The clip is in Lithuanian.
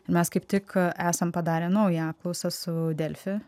mes kaip tik esam padarę naują apklausą su delfi